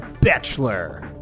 Bachelor